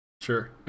sure